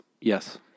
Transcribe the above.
yes